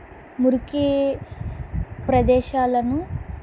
మురికి ప్రదేశాలను